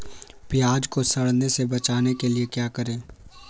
प्याज को सड़ने से बचाने के लिए क्या करें?